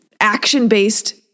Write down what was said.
action-based